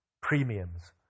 premiums